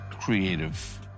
creative